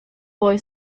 boy